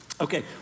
Okay